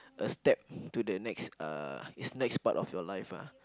a step to the next uh is next part of your life ah